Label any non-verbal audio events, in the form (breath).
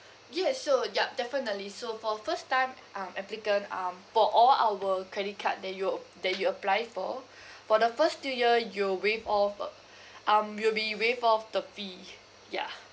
(breath) yes sure ya definitely so for first time um applicant um for all our credit card that you ap~ that you apply for (breath) for the first two year you'll waive of uh (breath) um you'll be waived of the fee ya